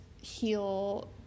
heal